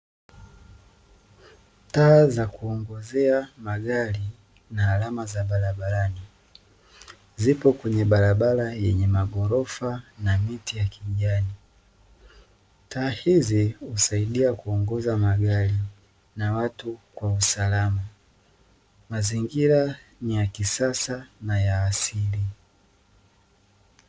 Taa za kuongozea magari na alama za barabarani, zipo kwenye barabara yenye maghorofa na miti ya kijani, taa hizi husaidia kuongoza magari na watu kwa usalama, mazingira ni ya kisasa na ya asili.